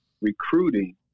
Recruiting